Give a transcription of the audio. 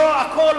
לא הכול,